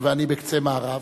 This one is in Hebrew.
ואני בקצה מערב.